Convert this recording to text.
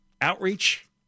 outreach